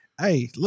Hey